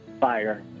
fire